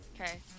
Okay